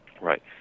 Right